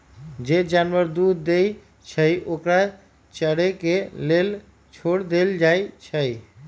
जे जानवर दूध देई छई ओकरा चरे के लेल छोर देल जाई छई